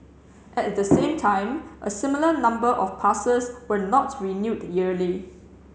at the same time a similar number of passes were not renewed yearly